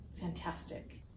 fantastic